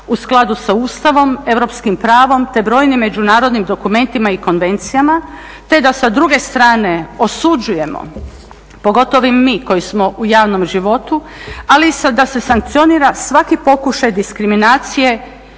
u skladu sa Ustavom, europskim pravom, te brojnim međunarodnim dokumentima i konvencijama te da sa druge strane osuđujemo pogotovo mi koji smo u javnom životu ali da se sankcionira svaki pokušaj diskriminacije